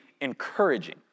encouraging